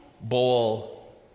bowl